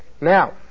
Now